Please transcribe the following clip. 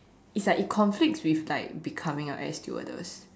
it's like conflict with like becoming like a air stewardess